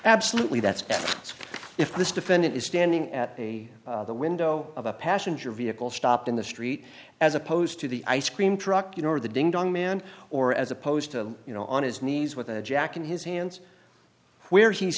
absolutely that's if this defendant is standing at a window of a passenger vehicle stopped in the street as opposed to the ice cream truck you know or the ding dong man or as opposed to you know on his knees with a jack in his hands where he's